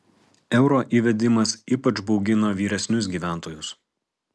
euro įvedimas ypač baugina vyresnius gyventojus